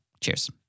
Cheers